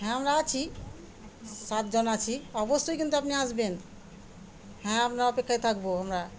হ্যাঁ আমরা আছি সাতজন আছি অবশ্যই কিন্তু আপনি আসবেন হ্যাঁ আপনার অপেক্ষায় থাকবো আমরা